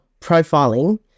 profiling